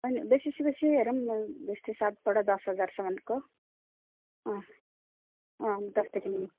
होइन बेसीसे बेसी हेरौँ जस्तै सातबाट दस हजारसम्मनको अँ अँ दसदेखि मुनि